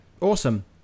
awesome